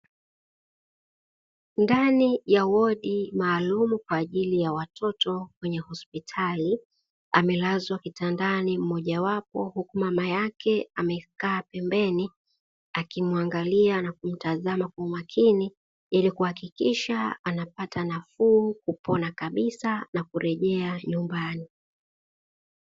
Ndani ya wodi maalumu kwa ajili ya watoto kwenye hospitali. Amelazwa kitandani mmoja wapo, huku mama yake amekaa pembeni akimuangalia na kumtazama kwa makini, ili kuhakikisha anapata nafuu kupona kabisa na kurejea nyumbani.